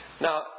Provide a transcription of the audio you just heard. now